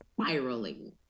spiraling